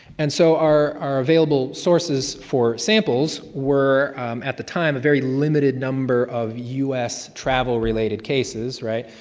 and so our our available sources for samples were at the time, a very limited number of us travel related cases, right?